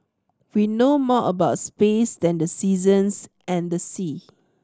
we know more about space than the seasons and the sea